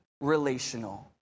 relational